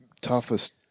toughest